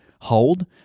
hold